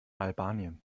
albanien